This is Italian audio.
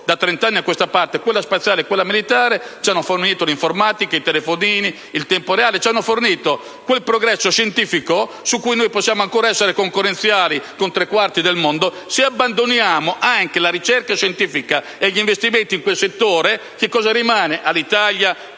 da 30 anni a questa parte. La tecnologia spaziale e quella militare ci hanno fornito l'informatica, i telefonini, il tempo reale; ci hanno fornito quel progresso scientifico su cui possiamo ancora essere concorrenziali con tre quarti del mondo. Se abbandoniamo anche la ricerca scientifica e gli investimenti in quel settore, cosa rimane all'Italia